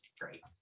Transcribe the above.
Great